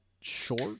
short